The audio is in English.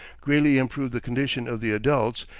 greatly improved the condition of the adults,